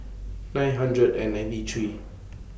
nine hundred and ninety three